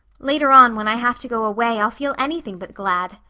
later on, when i have to go away, i'll feel anything but glad.